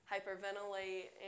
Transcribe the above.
Hyperventilate